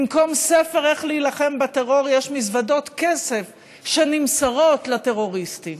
במקום ספר איך להילחם בטרור יש מזוודות כסף שנמסרות לטרוריסטים.